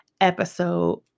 episode